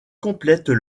complètent